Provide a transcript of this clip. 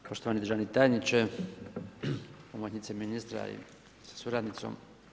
Poštovani državni tajniče, pomoćnice ministra sa suradnicom.